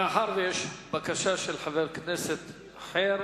מאחר שיש בקשה של חבר כנסת אחר,